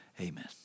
Amen